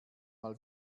mal